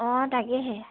অঁ তাকেহে